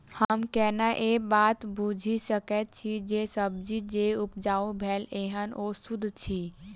हम केना ए बात बुझी सकैत छी जे सब्जी जे उपजाउ भेल एहन ओ सुद्ध अछि?